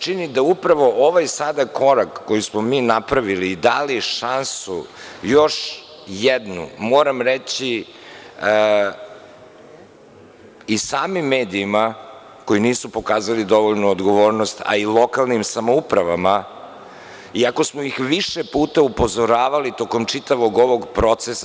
Čini mi se da upravo ovaj korak koji smo napravili i dali šansu, još jednu, moram reći, i samim medijima, koji nisu pokazali dovoljnu odgovornost, a i lokalnim samoupravama, iako smo ih više puta upozoravali tokom čitavog ovog procesa.